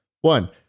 One